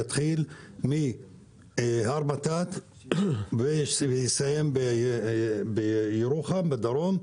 יתחיל מהר בטאט ויסיים בירוחם בדרום,